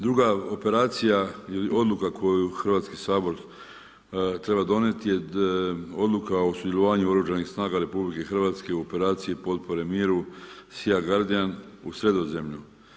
Druga operacija odluka koju Hrvatski sabor treba donijeti, je odluka o sudjelovanju oružanih snaga RH u operaciji potpore miru … u Sredozemlju.